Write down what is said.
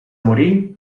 morir